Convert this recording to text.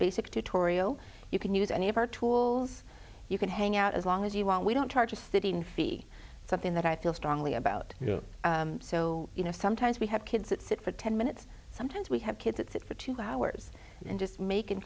basic to tauriel you can use any of our tools you can hang out as long as you want we don't charge a sitting fee something that i feel strongly about you know so you know sometimes we have kids that sit for ten minutes sometimes we have kids at that for two hours and just mak